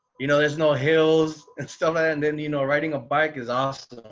you know, there's no hills and still. and then, you know, riding a bike is awesome.